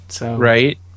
Right